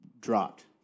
dropped